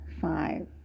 five